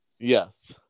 Yes